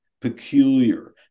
peculiar